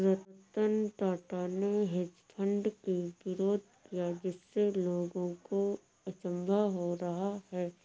रतन टाटा ने hedge fund की विरोध किया जिससे लोगों को अचंभा हो रहा है